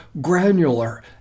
granular